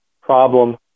problem